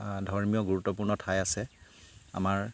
ধৰ্মীয় গুৰুত্বপূৰ্ণ ঠাই আছে আমাৰ